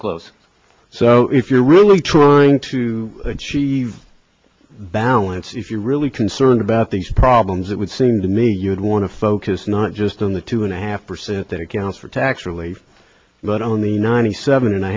close so if you're really trying to achieve balance if you're really concerned about these problems it would seem to me you'd want to focus not just on the two and a half percent that accounts for tax relief but on the ninety seven and a